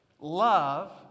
Love